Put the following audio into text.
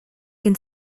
can